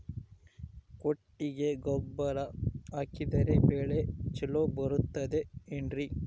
ಕೊಟ್ಟಿಗೆ ಗೊಬ್ಬರ ಹಾಕಿದರೆ ಬೆಳೆ ಚೊಲೊ ಬರುತ್ತದೆ ಏನ್ರಿ?